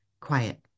quiet